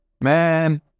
man